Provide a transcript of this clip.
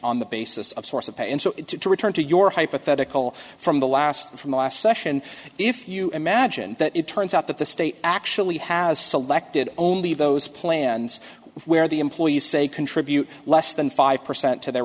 on the basis of source of pain and so to return to your hypothetical from the last from the last session if you imagine that it turns out that the state actually has selected only those plans where the employees say contribute less than five percent to their